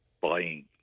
buying